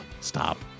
Stop